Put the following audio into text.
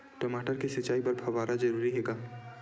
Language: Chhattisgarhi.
टमाटर के सिंचाई बर फव्वारा जरूरी हे का?